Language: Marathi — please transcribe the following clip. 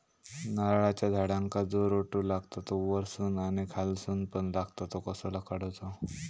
नारळाच्या झाडांका जो रोटो लागता तो वर्सून आणि खालसून पण लागता तो कसो काडूचो?